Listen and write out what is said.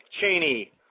Cheney